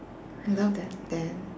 I love